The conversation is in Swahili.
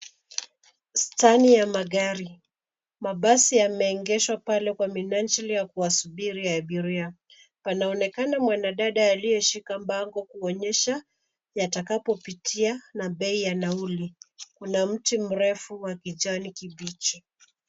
Steni ya magari, mabasi yameegeshwa pale kwa minajili ya kuwasubiri abiria. Panaonekana mwanadada aliyeshika bango kuonyesha yatakapopitia na bei ya nauli. Kuna mti mrefu wa kijani kibichi.